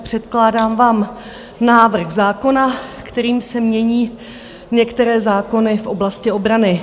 Předkládám vám vládní návrh zákona, kterým se mění některé zákony v oblasti obrany.